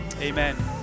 Amen